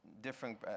different